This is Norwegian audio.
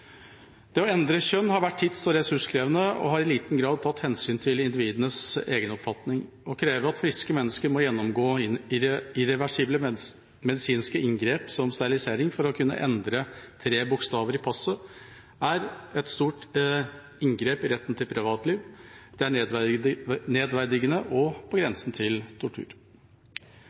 Det å endre kjønn har vært tid- og ressurskrevende og har i liten grad tatt hensyn til individenes egenoppfatning. Å kreve at friske mennesker må gjennomgå irreversible medisinske inngrep som sterilisering for å kunne endre tre bokstaver i passet, er et stort inngrep i retten til privatliv, det er nedverdigende og på grensen til tortur.